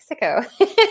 Mexico